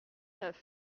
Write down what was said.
neuf